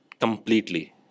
completely